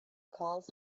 calls